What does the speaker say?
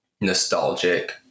nostalgic